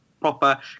proper